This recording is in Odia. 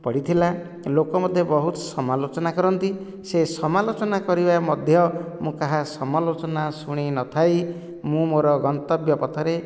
ପଡ଼ିଥିଲା ଲୋକ ମୋତେ ବହୁତ ସମାଲୋଚନା କରନ୍ତି ସେ ସମାଲୋଚନା କରିବା ମଧ୍ୟ ମୁଁ କାହା ସମାଲୋଚନା ଶୁଣି ନଥାଇ ମୁଁ ମୋର ଗନ୍ତବ୍ୟ ପଥରେ